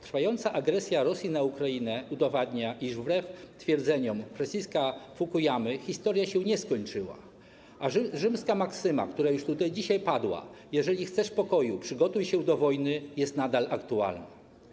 Trwająca agresja Rosji na Ukrainę udowadnia, że wbrew twierdzeniom Francisa Fukuyamy historia się nie skończyła, a rzymska maksyma, która już tutaj dzisiaj padła: jeżeli chcesz pokoju, przygotuj się do wojny, jest nadal aktualna.